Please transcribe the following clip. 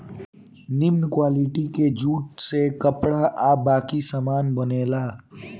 निमन क्वालिटी के जूट से कपड़ा आ बाकी सामान बनेला